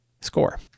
score